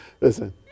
Listen